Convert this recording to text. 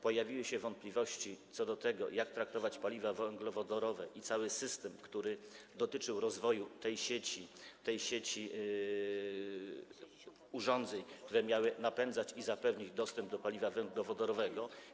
Pojawiły się wątpliwości co do tego, jak traktować paliwa węglowodorowe i cały system, który dotyczył rozwoju tej sieci, sieci urządzeń, które miały napędzać i zapewnić dostęp do paliwa węglowodorowego.